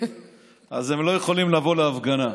אז הם לא יכולים לבוא להפגנה.